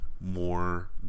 more